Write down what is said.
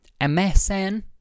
MSN